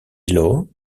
lau